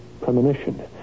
premonition